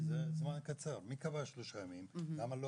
למה לא